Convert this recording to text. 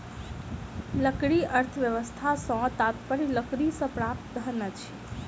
लकड़ी अर्थव्यवस्था सॅ तात्पर्य लकड़ीसँ प्राप्त धन अछि